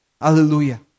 Hallelujah